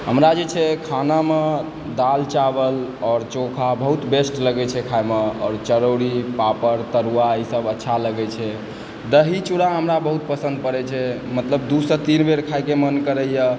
हमरा जे छै खानामे दालि चावल आओर चोखा बहुत बेस्ट लगै छै खाइमे आओर चरौड़ी पापड़ तरुआ ईसभ अच्छा लगै छै दही चूरा हमरा बहुत पसन्द पड़य छै मतलब दूसँ तीन बेर खायके मन करैए